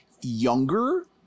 younger